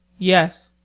yes.